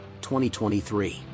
2023